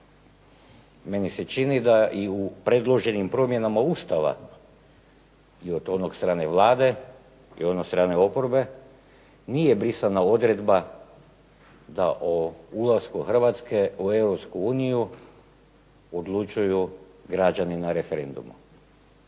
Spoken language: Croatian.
Meni se čini da i u predloženim promjenama Ustava i od onog strane Vlade, i ono strane oporbe nije brisana odredba da o ulasku Hrvatske u Europsku uniju odlučuju građani na referendumu.